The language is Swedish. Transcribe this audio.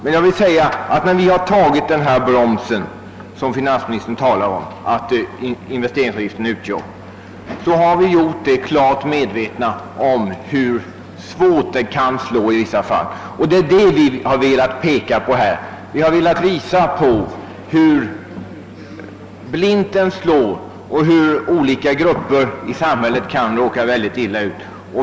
När vi har accepterat den broms som finansministern säger att investeringsavgiften utgör har vi gjort det i klart medvetande om hur svårt den kan slå i vissa fall. Vi har velat visa att den slår blint och att olika grupper i samhället kan råka mycket illa ut.